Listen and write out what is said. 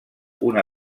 una